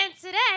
today